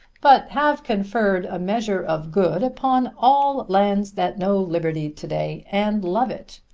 but have conferred a measure of good upon all lands that know liberty today, and love it.